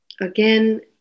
Again